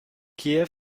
kiew